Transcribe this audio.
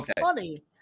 funny